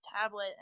tablet